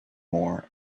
more